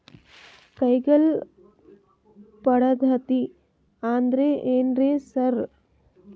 ಕೈಗಾಳ್ ಪದ್ಧತಿ ಅಂದ್ರ್ ಏನ್ರಿ ಸರ್?